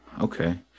Okay